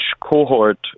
cohort